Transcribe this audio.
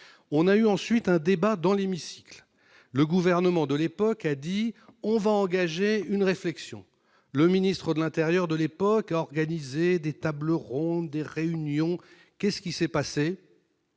on a eu ensuite un débat dans l'hémicycle, le gouvernement de l'époque a dit on va engager une réflexion, le ministre de l'intérieur de l'époque, organisé des tables rondes, des réunions qu'est-ce qui s'est passé.